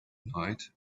night